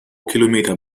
kilometer